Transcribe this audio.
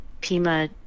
Pima